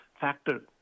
factor